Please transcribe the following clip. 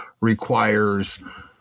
requires –